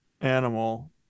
animal